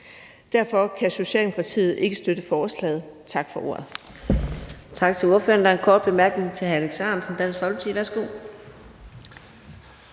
Derfor kan Socialdemokratiet ikke støtte forslaget. Tak for ordet.